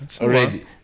Already